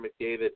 McDavid